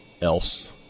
else